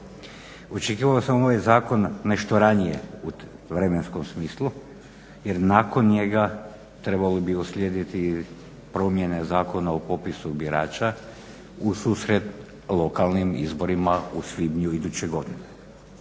Očekivao sam ovaj zakon nešto ranije u vremenskom smislu jer nakon njega trebale bi uslijediti promjene Zakona o popisu birača ususret lokalnim izborima u svibnju iduće godine.